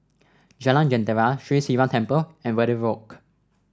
Jalan Jentera Sri Sivan Temple and Verde Walk